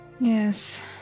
Yes